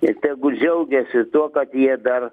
ir tegu džiaugiasi tuo kad jie dar